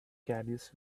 caddies